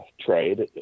trade